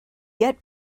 get